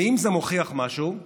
ואם זה מוכיח משהו,